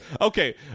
okay